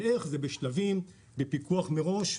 זה בשלבים, בפיקוח מראש.